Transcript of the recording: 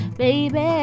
baby